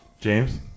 James